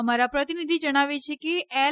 અમારા પ્રતિનિધિ જણાવે છે કે એલ